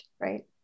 right